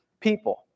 people